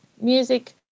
music